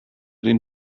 den